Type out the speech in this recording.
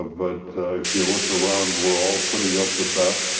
ah but if you look around, we're all putting up with that.